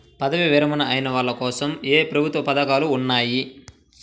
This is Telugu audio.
పదవీ విరమణ అయిన వాళ్లకోసం ఏ ప్రభుత్వ పథకాలు ఉన్నాయి?